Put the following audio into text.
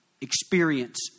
experience